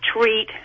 treat